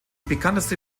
bekannteste